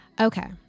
Okay